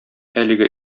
әлеге